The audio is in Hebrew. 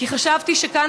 כי חשבתי שכאן,